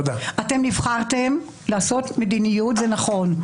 אתם נבחרתם לעשות מדיניות, זה נכן.